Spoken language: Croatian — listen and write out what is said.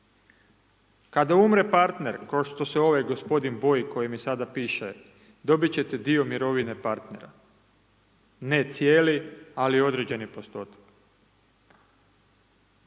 Kada umre partner, kao što se ovaj gospodin boji koji mi sada piše, dobiti ćete dio mirovine partnera, ne cijeli ali određeni postotak.